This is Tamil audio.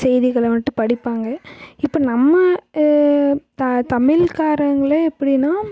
செய்திகளை வந்துட்டு படிப்பாங்க இப்போ நம்ம த தமிழ்காரங்களே எப்படின்னா